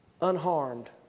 unharmed